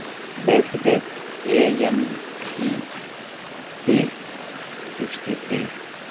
Mercedes A M G C sixty three